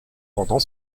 pendant